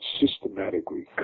systematically